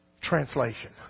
Translation